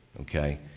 okay